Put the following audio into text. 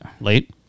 Late